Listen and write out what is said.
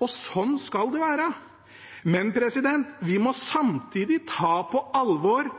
og sånn skal det være. Men vi må samtidig ta på alvor